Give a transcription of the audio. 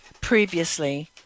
previously